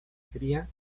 cría